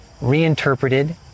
reinterpreted